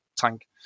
tank